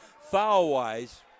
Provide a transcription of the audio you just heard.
foul-wise